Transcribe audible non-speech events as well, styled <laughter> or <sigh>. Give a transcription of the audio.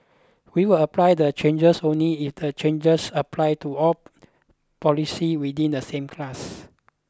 we will apply the changes only if the changes apply to all <noise> policies within the same class